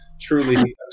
Truly